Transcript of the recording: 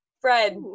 Fred